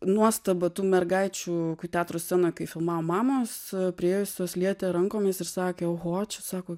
nuostaba tų mergaičių teatro scenoj kai filmavom mamos priėjusios lietė rankomis ir sakė oho čia sako